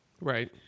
Right